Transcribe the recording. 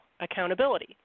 accountability